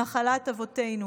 נחלת אבותינו.